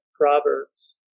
proverbs